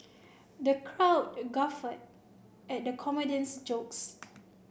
the crowd guffawed at the comedian's jokes